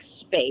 space